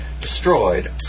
destroyed